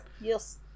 yes